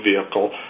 vehicle